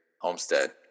homestead